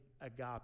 agape